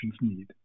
need